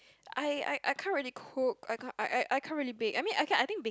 I I I can't really cook I can't I I I can't really bake I mean I can I think bake